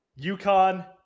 UConn